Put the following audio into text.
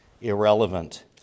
irrelevant